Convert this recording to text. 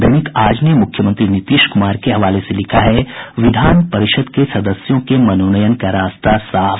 दैनिक आज ने मुख्यमंत्री नीतीश कुमार के हवाले से लिखा है विधान परिषद के सदस्यों के मनोनयन का रास्ता साफ